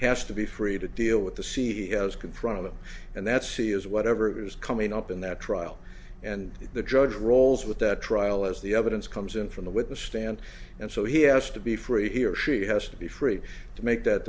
has to be free to deal with the sea as confront and that's he is whatever is coming up in that trial and the judge rolls with that trial as the evidence comes in from the witness stand and so he has to be free he or she has to be free to make that